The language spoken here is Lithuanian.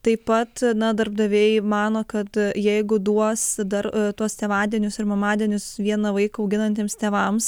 taip pat na darbdaviai mano kad jeigu duos dar tuos tėvadienius ir mamadienius vieną vaiką auginantiems tėvams